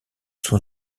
sont